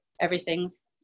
everything's